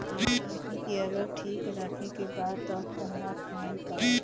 आंखी के अगर ठीक राखे के बा तअ कोहड़ा खाइल करअ